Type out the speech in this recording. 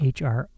HR